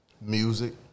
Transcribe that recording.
Music